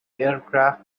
aircraft